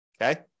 Okay